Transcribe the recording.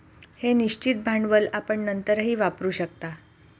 हे निश्चित भांडवल आपण नंतरही वापरू शकता